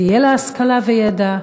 תהיה לה השכלה וידע,